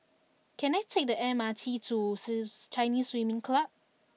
can I take the M R T to Chinese Swimming Club